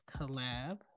collab